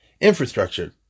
Infrastructure